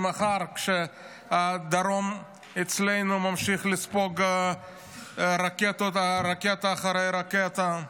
כשהדרום ממשיך לספוג רקטות, רקטה אחרי רקטה,